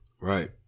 right